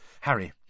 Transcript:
Harry